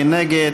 מי נגד?